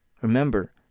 Remember